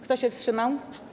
Kto się wstrzymał?